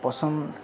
ପସନ୍ଦ୍